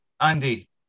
Andy